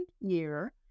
year